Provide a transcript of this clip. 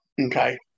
Okay